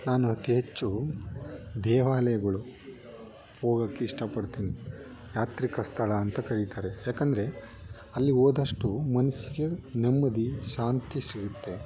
ನಾನು ಅತಿ ಹೆಚ್ಚು ದೇವಾಲಯಗಳು ಹೋಗೋಕೆ ಇಷ್ಟಪಡ್ತೀನಿ ಯಾತ್ರಿಕ ಸ್ಥಳ ಅಂತ ಕರಿತಾರೆ ಯಾಕೆಂದ್ರೆ ಅಲ್ಲಿ ಹೋದಷ್ಟು ಮನಸ್ಸಿಗೆ ನೆಮ್ಮದಿ ಶಾಂತಿ ಸಿಗುತ್ತೆ